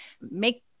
make